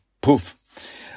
poof